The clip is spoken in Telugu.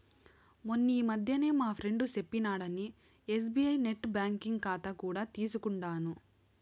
మొన్నీ మధ్యనే మా ఫ్రెండు సెప్పినాడని ఎస్బీఐ నెట్ బ్యాంకింగ్ కాతా కూడా తీసుకుండాను